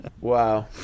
wow